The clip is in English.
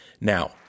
Now